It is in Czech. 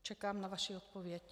Čekám na vaši odpověď.